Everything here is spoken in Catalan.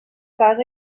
casa